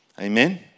Amen